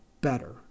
better